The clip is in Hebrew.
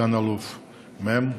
סגן אלוף מ',